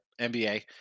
NBA